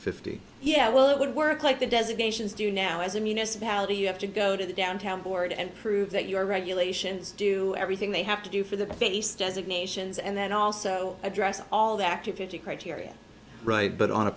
fifty yeah well it would work like the designations do now as a municipality you have to go to the downtown board and prove that your regulations do everything they have to do for the base designations and then also address all the activity criteria right but on a